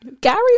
Gary